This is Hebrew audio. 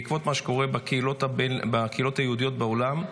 בעקבות מה שקורה בקהילות היהודיות בעולם,